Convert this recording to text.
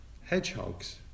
Hedgehogs